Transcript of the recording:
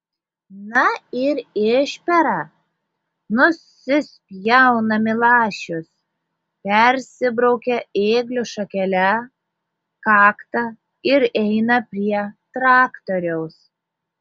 na ir išpera nusispjauna milašius persibraukia ėglio šakele kaktą ir eina prie traktoriaus